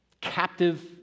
captive